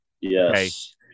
Yes